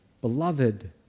beloved